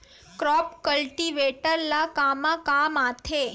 Crop cultivator ला कमा काम आथे?